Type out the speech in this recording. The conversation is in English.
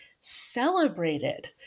celebrated